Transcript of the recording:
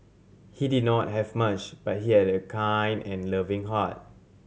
he did not have much but he had a kind and loving heart